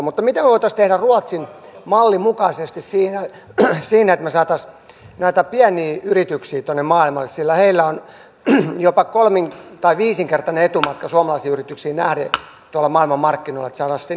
mutta mitä me voisimme tehdä ruotsin mallin mukaisesti siinä että me saisimme näitä pieniä yrityksiä tuonne maailmalle että saataisiin sinne vientiä lisättyä myös sillä heillä on jopa viisinkertainen etumatka suomalaisiin yrityksiin nähden maailmanmarkkinoilla